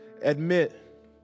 admit